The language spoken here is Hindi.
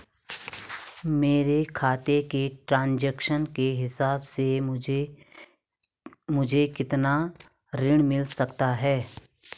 मेरे खाते के ट्रान्ज़ैक्शन के हिसाब से मुझे कितना ऋण मिल सकता है?